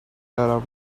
around